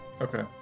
Okay